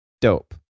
dope